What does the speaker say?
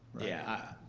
yeah.